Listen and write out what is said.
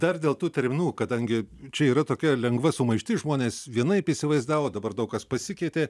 dar dėl tų terminų kadangi čia yra tokia lengva sumaištis žmonės vienaip įsivaizdavo dabar daug kas pasikeitė